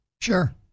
Sure